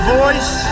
voice